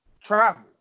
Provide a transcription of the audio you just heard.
travel